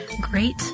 great